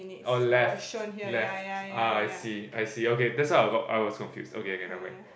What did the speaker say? oh left left ah I see I see okay this I got I got confused okay okay nevermind